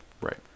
Right